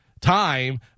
time